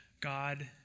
God